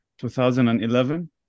2011